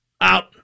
out